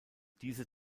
diese